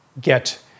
get